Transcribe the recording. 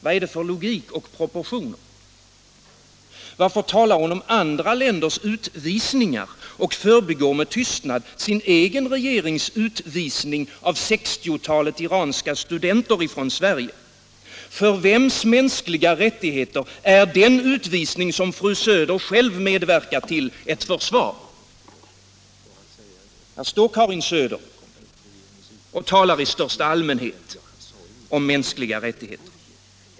Vad är det för logik och proportioner? Varför talar hon om andra länders utvisningar och förbigår med tystnad sin egen regerings utvisning av 60-talet iranska studenter från Sverige? För vems mänskliga rättigheter är den utvisning, som fru Söder själv medverkat till, ett försvar? Här står Karin Söder och talar i största allmänhet om mänskliga rättigheter.